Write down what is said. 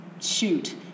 shoot